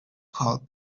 call